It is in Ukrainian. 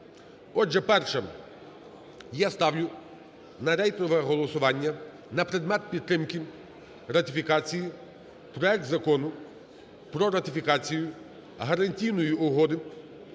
Отже, перше, я ставлю на рейтингове голосування на предмет підтримки ратифікації проект Закону про ратифікацію Гарантійної угоди